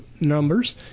numbers